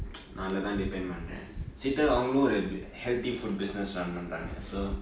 நா அதுல தான்:naa athula thaan depend பன்ரேன்:pandren sitter அவங்களும் ஒறு:avangalum oru healthy food business run பன்ராங்க:pandraanga so